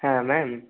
হ্যাঁ ম্যাম